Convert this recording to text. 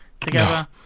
Together